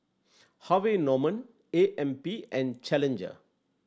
Harvey Norman A M P and Challenger